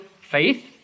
faith